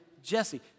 Jesse